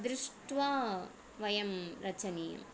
दृष्ट्वा वयं रचनीयम्